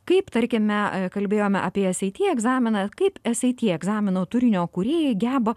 kaip tarkime kalbėjome apie es ei ty egzaminą kaip es ei ty egzamino turinio kūrėjai geba